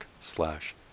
slash